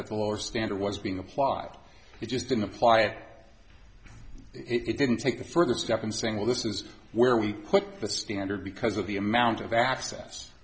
that the lower standard was being applied it just didn't apply it it didn't take the first step and saying well this is where we put the standard because of the amount of access